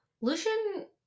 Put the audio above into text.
Lucian